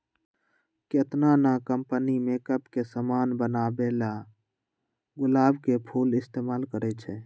केतना न company makeup के समान बनावेला गुलाब के फूल इस्तेमाल करई छई